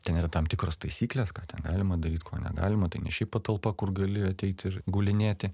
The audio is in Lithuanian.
ten yra tam tikros taisyklės ką ten galima daryt ko negalima tai ne šiaip patalpa kur gali ateit ir gulinėti